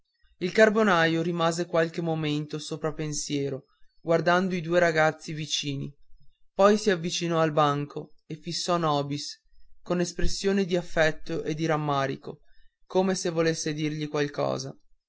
il carbonaio rimase qualche momento sopra pensiero guardando i due ragazzi vicini poi s'avvicinò al banco e fissò nobis con espressione d'affetto e di rammarico come se volesse dirgli qualcosa